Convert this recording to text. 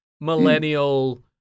millennial